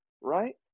right